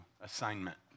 assignment